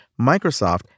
Microsoft